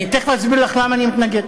אני תכף אסביר לך למה אני מתנגד.